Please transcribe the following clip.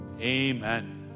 Amen